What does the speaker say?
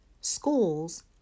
schools